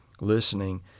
listening